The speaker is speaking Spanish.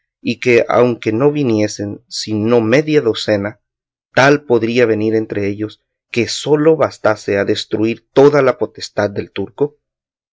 españa que aunque no viniesen sino media docena tal podría venir entre ellos que solo bastase a destruir toda la potestad del turco